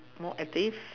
more active